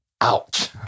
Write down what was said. Ouch